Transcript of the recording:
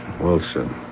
Wilson